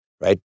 right